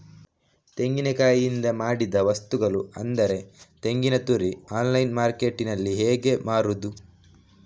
ತೆಂಗಿನಕಾಯಿಯಿಂದ ಮಾಡಿದ ವಸ್ತುಗಳು ಅಂದರೆ ತೆಂಗಿನತುರಿ ಆನ್ಲೈನ್ ಮಾರ್ಕೆಟ್ಟಿನಲ್ಲಿ ಹೇಗೆ ಮಾರುದು?